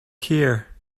here